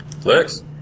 Flex